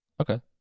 Okay